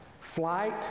Flight